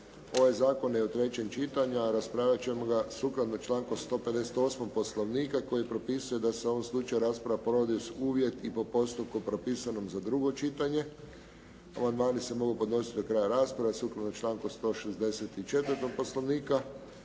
Ovaj zakon ne određuje čitanje, a raspravit ćemo ga sukladno čanku 158. Poslovnika koji propisuje da se u ovom slučaju rasprava provodi uz uvjet i po postupku propisanom za drugo čitanje. Amandmani se mogu podnositi do kraja rasprave sukladno članku 164. Poslovnika.